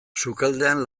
sukaldean